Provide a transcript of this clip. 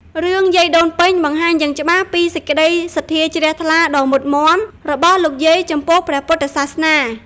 រឿងយាយដូនពេញបង្ហាញយ៉ាងច្បាស់ពីសេចក្តីសទ្ធាជ្រះថ្លាដ៏មុតមាំរបស់លោកយាយចំពោះព្រះពុទ្ធសាសនា។